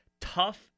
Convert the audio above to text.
Tough